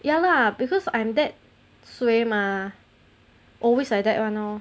ya lah because I'm that suay mah always like that one lor